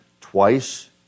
twice